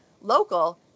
local